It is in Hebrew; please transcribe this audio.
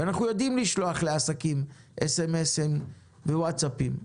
אנחנו יודעים לשלוח לעסקים סמ"סים ווטסאפים.